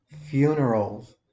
funerals